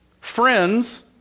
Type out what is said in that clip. Friends